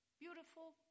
Beautiful